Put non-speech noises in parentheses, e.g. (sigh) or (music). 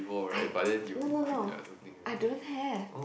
I (noise) no no no I don't have